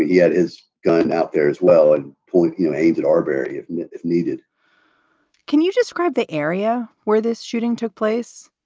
yeah had his gun out there as well. and put your age at aubury if if needed can you describe the area where this shooting took place?